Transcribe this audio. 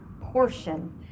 portion